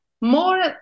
more